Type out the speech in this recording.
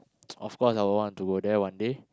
of course I would want to go there one day